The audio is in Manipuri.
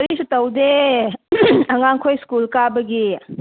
ꯀꯔꯤꯁꯨ ꯇꯧꯗꯦ ꯑꯉꯥꯡꯈꯣꯏ ꯁ꯭ꯀꯨꯜ ꯀꯥꯕꯒꯤ